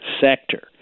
sector